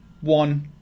one